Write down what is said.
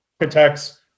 architects